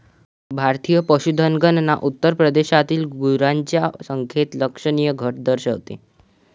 भारतीय पशुधन गणना उत्तर प्रदेशातील गुरांच्या संख्येत लक्षणीय घट दर्शवते